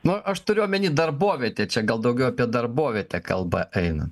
na aš turiu omeny darbovietę čia gal daugiau apie darbovietę kalba eina